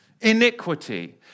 iniquity